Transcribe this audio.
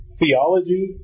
theology